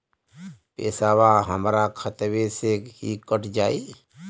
पेसावा हमरा खतवे से ही कट जाई?